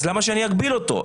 אז למה שאני אגביל אותו?